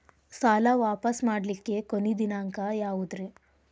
ಸಾಲಾ ವಾಪಸ್ ಮಾಡ್ಲಿಕ್ಕೆ ಕೊನಿ ದಿನಾಂಕ ಯಾವುದ್ರಿ?